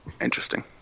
Interesting